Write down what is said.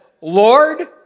Lord